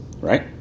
Right